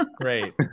Great